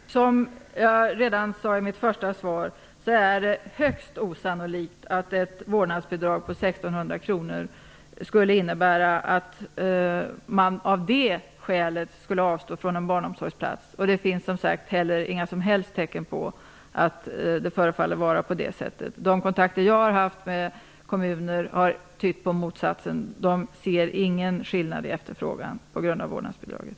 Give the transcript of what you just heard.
Herr talman! Som jag redan sade i mitt första svar är det högst osannolikt att ett vårdnadsbidrag på 1 600 kr skulle innebära att man av det skälet skulle avstå från en barnomsorgsplats. Det finns som sagt inga som helst tecken på att det förefaller vara på det sättet. De kontakter jag har haft med kommuner har tytt på motsatsen. De ser ingen skillnad i efterfrågan på grund av vårdnadsbidraget.